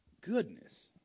Goodness